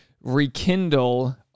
rekindle